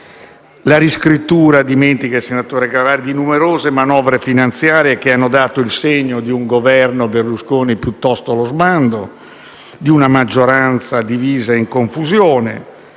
Gasparri dimentica la riscrittura di numerose manovre finanziarie che hanno dato il segno di un Governo Berlusconi piuttosto allo sbando, di una maggioranza divisa e in confusione;